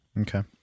Okay